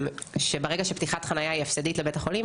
שברגע שפתיחת חניה היא הפסדית לבית החולים,